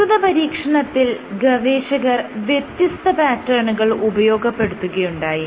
പ്രസ്തുത പരീക്ഷണത്തിൽ ഗവേഷകർ വ്യത്യസ്ത പാറ്റേണുകൾ ഉപയോഗപ്പെടുത്തുകയുണ്ടായി